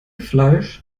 fleisch